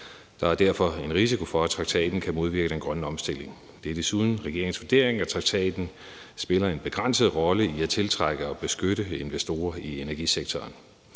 Der er derfor en risiko for, at traktaten kan modvirke den grønne omstilling. Det er desuden regeringens vurdering, at traktaten spiller en begrænset rolle i at tiltrække og beskytte investorer i energisektoren.